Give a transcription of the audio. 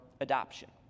adoption